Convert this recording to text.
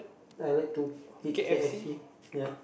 I like to eat KFC ya